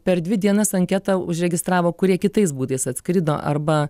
per dvi dienas anketą užregistravo kurie kitais būdais atskrido arba